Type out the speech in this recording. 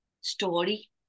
story